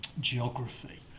geography